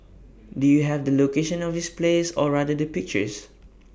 do you have the location of this place or rather the pictures